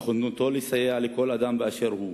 נכונותו לסייע לכל אדם באשר הוא,